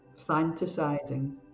fantasizing